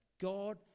God